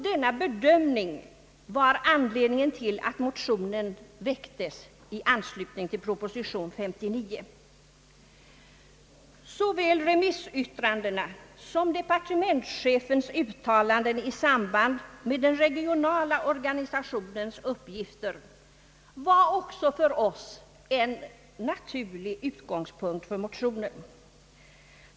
Denna bedömning var anledningen till att motionen väcktes i anslutning till propositionen nr 59. Såväl remissyttrandena som depar tementschefens uttalanden i samband med den regionala organisationens uppgifter var för oss en naturlig utgångspunkt för motionen.